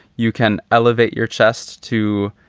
you can elevate your chest to